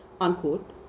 unquote